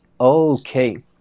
okay